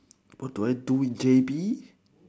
what do I do in J_B